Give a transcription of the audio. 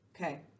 Okay